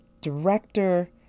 director